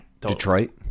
Detroit